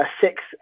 Six